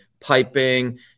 piping